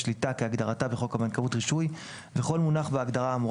"שליטה" כהגדרתה בחוק הבנקאות (רישוי) וכל מונח בהגדרה האמורה